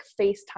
FaceTime